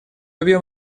объем